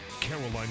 Caroline